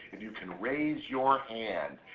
if you can raise your hand.